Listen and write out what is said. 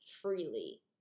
freely